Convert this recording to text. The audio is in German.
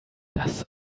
das